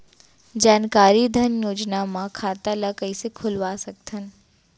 जानकारी धन योजना म खाता ल कइसे खोलवा सकथन?